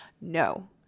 No